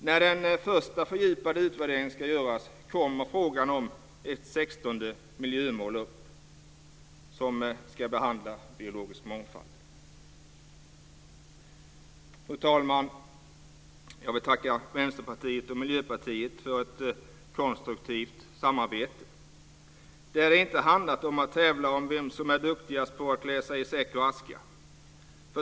När den första fördjupade utvärderingen ska göras kommer frågan om ett Fru talman! Jag vill tacka Vänsterpartiet och Miljöpartiet för ett konstruktivt samarbete. Det har inte handlat om vem som är duktigast att klä sig i säck och aska.